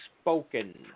spoken